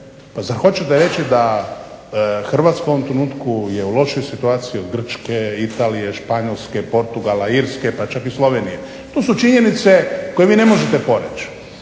zar hoćete reći da Hrvatska u ovom trenutku je u lošijoj situaciji od Grčke, Italije, Španjolske, Portugala, Irske pa čak i Slovenije? To su činjenice koje vi ne možete poreći.